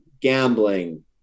gambling